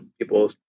people